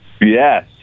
Yes